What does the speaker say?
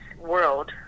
world